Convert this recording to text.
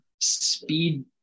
speed